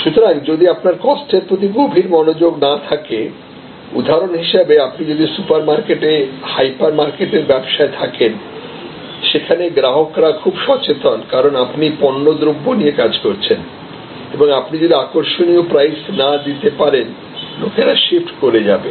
সুতরাং যদি আপনার কস্টের প্রতি গভীর মনোযোগ না থাকে উদাহরণ হিসাবে আপনি যদি সুপার মার্কেটে হাইপার মার্কেটের ব্যবসায়ে থাকেন সেখানে গ্রাহকরা খুব সচেতন কারণ আপনি পণ্যদ্রব্য নিয়ে কাজ করছেন এবং আপনি যদি আকর্ষণীয় প্রাইস না দিতে পারেন লোকেরা শিফট করে যাবে